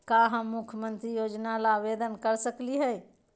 का हम मुख्यमंत्री योजना ला आवेदन कर सकली हई?